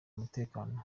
umutekano